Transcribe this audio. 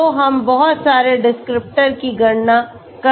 तो हम बहुत सारे डिस्क्रिप्टर की गणना कर सकते हैं